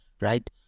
right